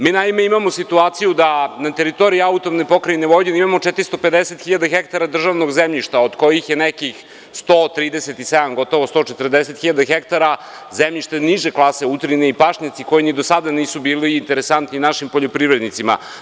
Mi naime, imamo situaciju da na teritoriji AP Vojvodine imamo 450 hiljada hektara državnog zemljišta od kojih je nekih 137, gotovo 140 hiljada hektara zemljište niže klase, utrine i pašnjaci, koji ni do sada nisu bili interesantni našim poljoprivrednicima.